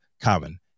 common